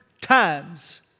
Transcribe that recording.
times